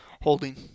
holding